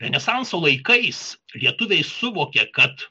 renesanso laikais lietuviai suvokė kad